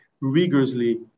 rigorously